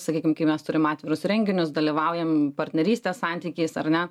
sakykim kai mes turim atvirus renginius dalyvaujam partnerystės santykiais ar ne